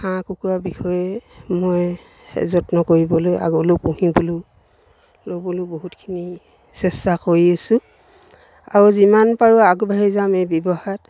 হাঁহ কুকুৰা বিষয়ে মই যত্ন কৰিবলৈ আগলৈও পুহিবলৈও ল'বলৈও বহুতখিনি চেষ্টা কৰি আছো আৰু যিমান পাৰোঁ আগবাঢ়ি যাম এই ব্যৱসায়ত